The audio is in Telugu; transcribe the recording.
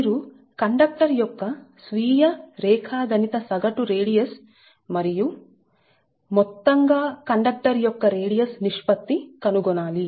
మీరు కండక్టర్ యొక్క స్వీయ రేఖా గణిత సగటు రేడియస్ మరియు Ds మొత్తంగా కండక్టర్ యొక్క రేడియస్ నిష్పత్తి కనుగొనాలి